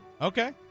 Okay